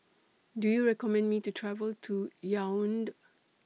Do YOU recommend Me to travel to Yaounde